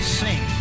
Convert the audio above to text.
sing